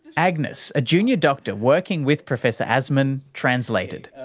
agnes, a junior doctor working with professor aszmann, translated.